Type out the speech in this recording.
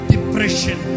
Depression